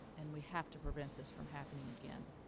and we have to prevent this from happening again.